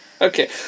Okay